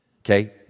okay